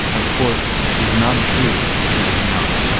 of course, is not true it is not.